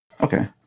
Okay